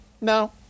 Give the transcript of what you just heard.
No